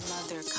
Mother